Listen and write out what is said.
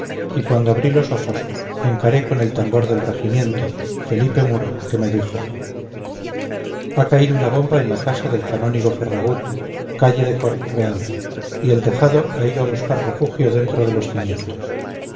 y cuando abrí los ojos encaré con el tambor del regimiento felipe muro que me dijo ha caído una bomba en la casa del canónigo ferragut calle de cort real y el tejado ha ido a buscar refugio dentro de los cimientos